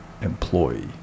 employee